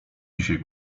dzisiaj